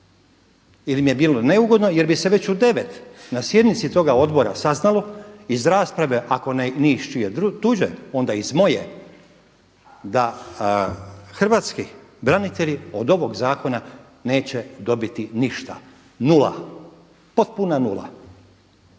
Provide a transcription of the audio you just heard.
ili im je bilo neugodno jer bi se već u 9 na sjednici toga odbora saznalo iz rasprave ako ni iz čije tuđe onda iz moje da hrvatski branitelji od ovog zakona neće dobiti ništa, nula, potpuna nula.